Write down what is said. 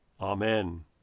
Amen